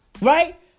Right